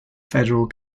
federal